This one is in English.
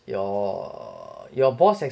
your your boss